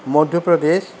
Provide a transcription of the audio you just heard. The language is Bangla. মধ্যপ্রদেশ